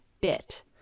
bit